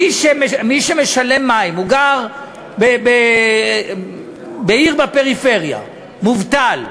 מי שמשלם עבור מים, הוא גר בעיר בפריפריה, מובטל,